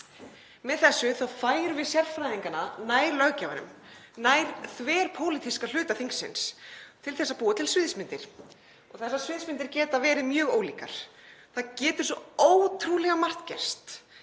Með þessu færum við sérfræðingana nær löggjafanum, nær þverpólitíska hluta þingsins, til að búa til sviðsmyndir. Þessar sviðsmyndir geta verið mjög ólíkar, það getur svo ótrúlega margt gerst.